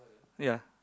ya